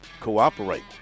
cooperate